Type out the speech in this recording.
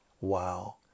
Wow